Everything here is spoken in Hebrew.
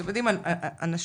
אתם יודעים, אנשים